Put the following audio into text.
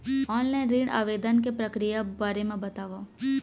Online ऋण आवेदन के प्रक्रिया के बारे म बतावव?